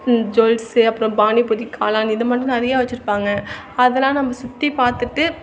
jewels அப்புறம் பானிபூரி காளான் இது மட்டோம் நிறைய வச்சிருப்பாங்க அதெலாம் நம்ம சுற்றி பார்த்துட்டு